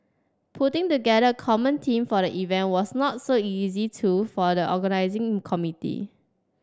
putting together a common theme for the event was not so easy too for the organising committee